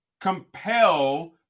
compel